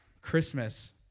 Christmas